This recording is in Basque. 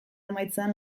amaitzean